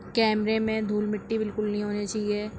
کیمرے میں دھول مٹی بالکل نہیں ہونے چاہیے